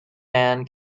man